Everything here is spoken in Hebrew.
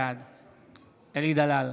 בעד אלי דלל,